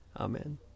Amen